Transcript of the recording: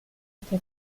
este